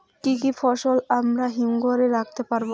কি কি ফসল আমরা হিমঘর এ রাখতে পারব?